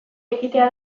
egitea